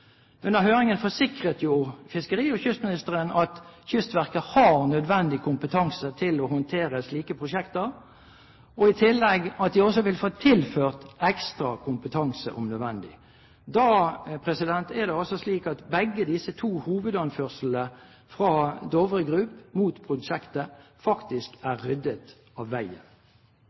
Under høringen forsikret fiskeri- og kystministeren at Kystverket har nødvendig kompetanse til å håndtere slike prosjekter, og i tillegg at de også vil få tilført ekstra kompetanse om nødvendig. Da er det altså slik at begge disse to hovedanførslene fra Dovre Group mot prosjektet faktisk er ryddet av veien.